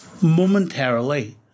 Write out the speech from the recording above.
momentarily